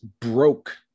broke